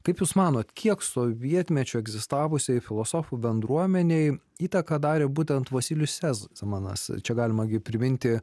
kaip jūs manot kiek sovietmečiu egzistavusiai filosofų bendruomenei įtaką darė būtent vosylius sezemanas čia galima gi priminti